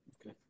Okay